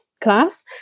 class